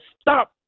stop